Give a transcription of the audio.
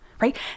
right